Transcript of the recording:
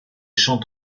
chant